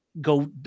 go